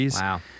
Wow